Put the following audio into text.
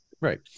Right